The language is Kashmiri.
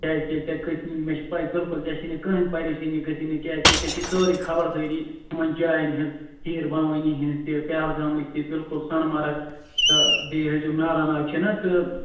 کیٛازِ کہِ ژٕ کٔژمہِ مےٚ چھےٚ پَے بِلکُل ژےٚ گژھِ نہٕ کٔہیٖنٛۍ پَریشٲنۍ گژھِ نہٕ کیٛازِ کہِ ژےٚ چھےٚ سٲرٕے خبردٲری یِمَن جاین ہٕنٛز کھیٖر بھوٲنی ہٕنٛز تہٕ پہلگامٕچ تہِ بِلکُل سونہٕ مَرٕگ تہٕ بیٚیہِ ہٲوۍزیٚو نارا ناگ چھُناہ تہٕ